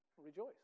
rejoice